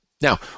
Now